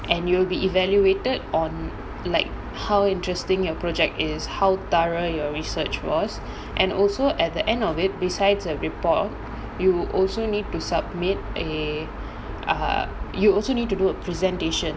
and you will be evaluated on like how interesting your project is how thorough your research was and also at the end of it besides a report you also need to submit a err you also need to do a presentation